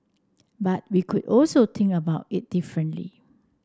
but we could also think about it differently